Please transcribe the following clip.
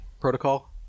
protocol